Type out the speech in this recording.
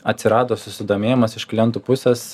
atsirado susidomėjimas iš klientų pusės